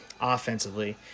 offensively